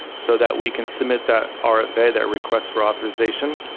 so that we can submit that ah rfa that requests for authorization.